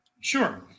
Sure